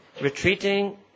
Retreating